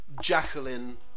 Jacqueline